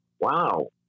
Wow